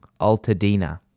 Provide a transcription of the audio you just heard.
Altadena